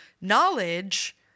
knowledge